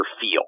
feel